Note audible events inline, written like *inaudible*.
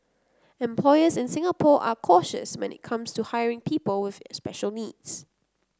employers in Singapore are cautious when it comes to hiring people with *unintelligible* special needs